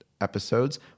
episodes